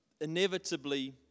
inevitably